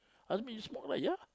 Azmi you smoke right ya